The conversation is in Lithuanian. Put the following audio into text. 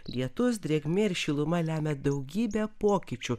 lietus drėgmė ir šiluma lemia daugybę pokyčių